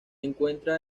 encuentra